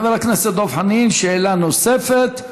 חבר הכנסת דב חנין, שאלה נוספת.